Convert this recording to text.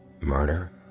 Murder